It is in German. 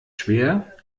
schwer